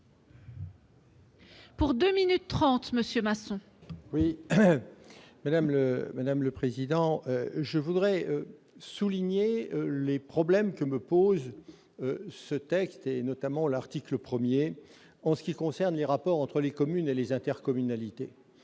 Louis Masson, sur l'article. Madame la présidente, je voudrais souligner les problèmes que me pose ce texte, notamment son article 1, en ce qui concerne les rapports entre les communes et les intercommunalités.